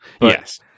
yes